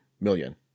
million